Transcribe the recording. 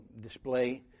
display